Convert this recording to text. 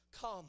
come